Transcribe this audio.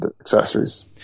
accessories